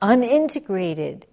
Unintegrated